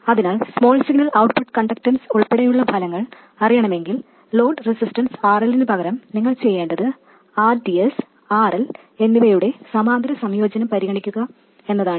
അതിനാൽ small signal output conductance ഉൾപ്പെടെയുള്ള ഫലങ്ങൾ അറിയണമെങ്കിൽ ലോഡ് റെസിസ്റ്റൻസ് RL നു പകരം നിങ്ങൾ ചെയ്യേണ്ടത് rds RL എന്നിവയുടെ സമാന്തര സംയോജനം പരിഗണിക്കുക എന്നതാണ്